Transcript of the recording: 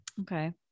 Okay